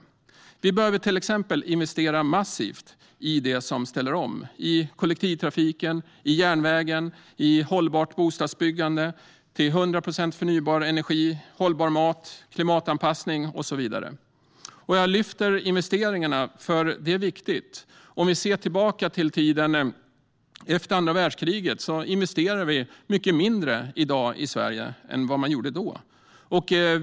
Exempelvis behöver vi investera massivt i sådant som ställer om i kollektivtrafiken, i järnvägen och i hållbart bostadsbyggande. Vi behöver ställa om till 100 procent förnybar energi, hållbar mat, klimatanpassning och så vidare. Jag lyfter upp investeringarna för de är viktiga. Jämfört med tiden efter andra världskriget investerar vi i Sverige mycket mindre i dag än då.